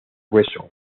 grueso